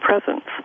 presence